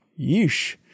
Yeesh